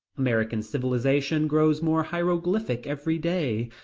american civilization grows more hieroglyphic every day.